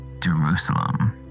Jerusalem